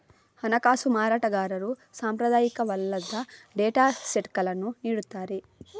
ಹಣಕಾಸು ಮಾರಾಟಗಾರರು ಸಾಂಪ್ರದಾಯಿಕವಲ್ಲದ ಡೇಟಾ ಸೆಟ್ಗಳನ್ನು ನೀಡುತ್ತಾರೆ